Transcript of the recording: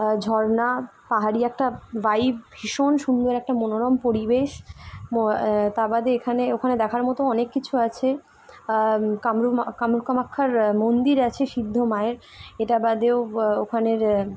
ঝর্ণা পাহাড়ি একটা ভাইব ভীষণ সুন্দর একটা মনোরম পরিবেশ তা বাদে এখানে ওখানে দেখার মতো অনেক কিছু আছে কামরু কামরুপ কামাক্ষার মন্দির আছে সিদ্ধ মায়ের এটা বাদেও ওখানের